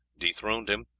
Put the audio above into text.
dethroned him,